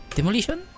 Demolition